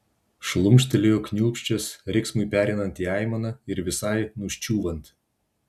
šlumštelėjo kniūbsčias riksmui pereinant į aimaną ir visai nuščiūvant